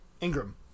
Ingram